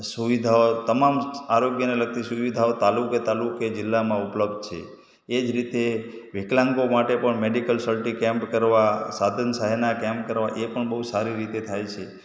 સુવિધાઓ તમામ આરોગ્યને લગતી સુવિધાઓ તાલુકે તાલુકે જિલ્લામાં ઉપલબ્ધ છે એ જ રીતે વિકલાંગો માટે પણ મૅડિકલ સર્ટી કેમ્પ કરવાં સાધન સહાયના કેમ્પ કરવા એ પણ બહુ સારી રીતે થાય છે